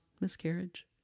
miscarriage